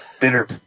Bitter